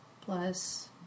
Plus